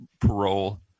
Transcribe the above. parole